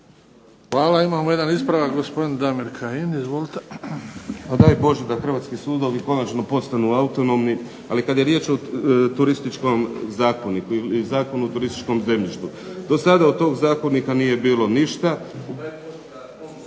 Hvala. Imamo jedan ispravak gospodin Damir Kajin. Izvolite.